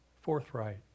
forthright